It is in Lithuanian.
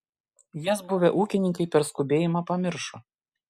jas buvę ūkininkai per skubėjimą pamiršo